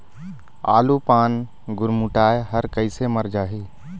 आलू पान गुरमुटाए हर कइसे मर जाही?